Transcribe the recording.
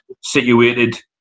situated